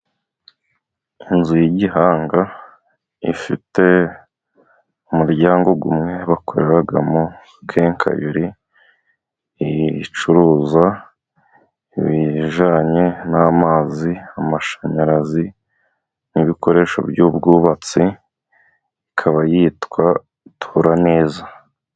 Inzu y'igihanga ifite umuryango umwe bakoreramo kenkayoli, icuruza ibijyanye n'amazi, amashanyarazi n'ibikoresho by'ubwubatsi, ikaba yitwa Turaneza.